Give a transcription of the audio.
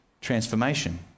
transformation